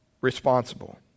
responsible